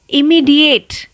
immediate